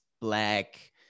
black